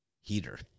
heater